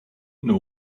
know